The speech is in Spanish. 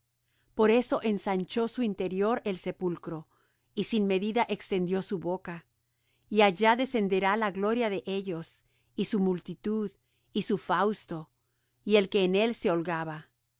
por eso ensanchó su interior el sepulcro y sin medida extendió su boca y allá descenderá la gloria de ellos y su multitud y su fausto y el que en él se holgaba